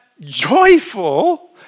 joyful